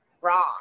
raw